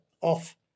off